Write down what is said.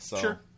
Sure